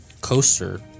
coaster